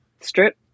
strip